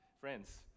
Friends